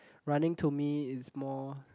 running to me is more